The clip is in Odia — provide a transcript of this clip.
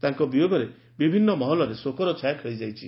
ତାଙ୍କ ବିୟୋଗରେ ବିଭିନ୍ ମହଲରେ ଶୋକର ଛାୟା ଖେଳିଯାଇଛି